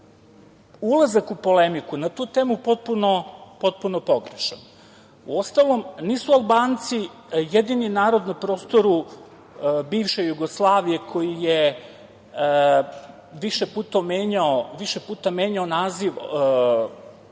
ulazak u polemiku na tu temu potpuno pogrešan. Uostalom nisu Albanci jedini narod na prostoru bivše Jugoslavije koji je više puta menjao naziv,